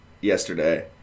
yesterday